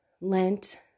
Lent